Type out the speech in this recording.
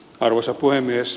arvoisa puhemies